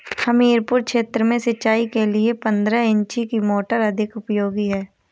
हमीरपुर क्षेत्र में सिंचाई के लिए पंद्रह इंची की मोटर अधिक उपयोगी है?